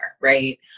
right